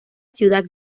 ciudad